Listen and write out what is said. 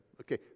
okay